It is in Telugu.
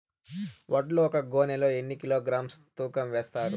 వడ్లు ఒక గోనె లో ఎన్ని కిలోగ్రామ్స్ తూకం వేస్తారు?